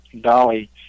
Dolly